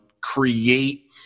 create